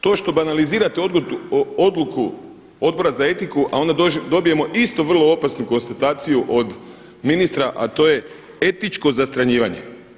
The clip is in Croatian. To što banalizirate odluku Odbora za etiku, a onda dobijemo isto vrlo opasnu konstataciju od ministra, a to je etičko zastranjivanje.